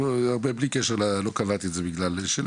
בלי קשר ללא קבעתי כי זה שלי,